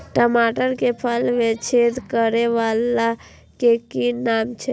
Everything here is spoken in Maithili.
टमाटर के फल में छेद करै वाला के कि नाम छै?